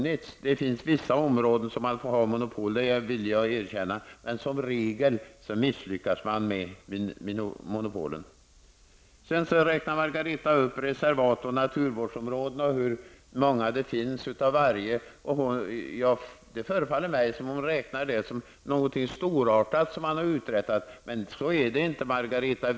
Jag kan erkänna att det finns vissa områden som lämpar sig för monopol, men som regel misslyckas man med dem. Margareta Winberg tog upp reservat och naturvårdsområden och hur många det finns av varje. Det förefaller mig som att hon betraktar inrättandet av dessa områden som någonting storartat som har uträttats, men så är det inte, Margareta Winberg.